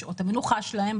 בשעות המנוחה שלהם,